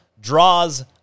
draws